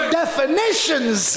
definitions